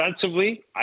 Defensively